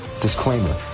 Disclaimer